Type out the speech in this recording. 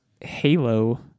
Halo